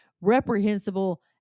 reprehensible